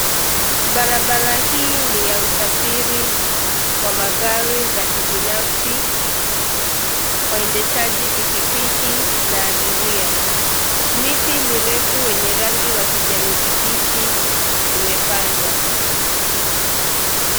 Barabara hii ni ya usafiri wa magari za kibinafsi, waendeshaji pikipiki na abiria. Miti mirefu wenye rangi wa kijani kibichi imepandwa.